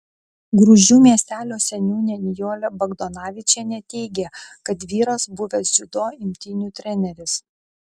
gruzdžių miestelio seniūnė nijolė bagdonavičienė teigė kad vyras buvęs dziudo imtynių treneris